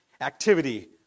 activity